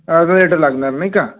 अर्धा लिटर लागणार नाही का